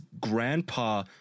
grandpa